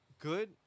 good